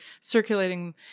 circulating